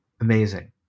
Amazing